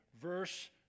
verse